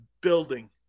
building